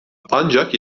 ancak